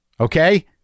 Okay